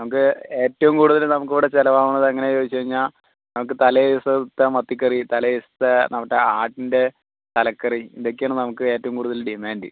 നമുക്ക് ഏറ്റവും കൂടുതൽ നമുക്കിവിടെ ചിലവാവണതെങ്ങനെ ചോദിച്ച് കഴിഞ്ഞാൽ നമുക്ക് തലേ ദിവസത്തെ മത്തിക്കറി തലേ ദിവസത്തെ എന്നാൽ മറ്റേ ആട്ടിന്റെ തലക്കറി ഇതൊക്കെയാണ് നമുക്ക് ഏറ്റവും കൂടുതൽ ഡിമാൻഡ്